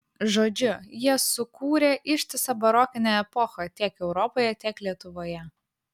žodžiu jie sukūrė ištisą barokinę epochą tiek europoje tiek lietuvoje